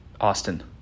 Austin